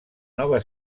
nova